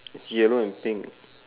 yellow and pink